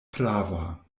prava